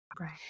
Right